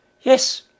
yes